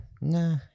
Nah